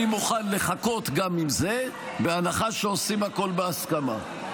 אני מוכן לחכות גם עם זה בהנחה שעושים הכול בהסכמה,